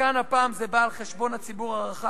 כאן, הפעם זה בא על חשבון הציבור הרחב.